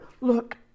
Look